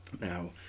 Now